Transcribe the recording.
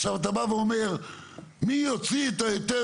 עכשיו אתה אומר מי יוציא את ההיתר?